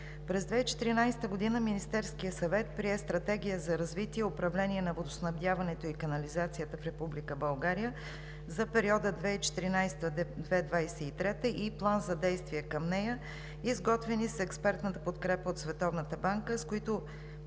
През 2014 г. Министерският съвет прие Стратегия за развитие и управление на водоснабдяването и канализацията в Република България за периода 2014 – 2023 г. и План за действие към нея, изготвени с експертната подкрепа от Световната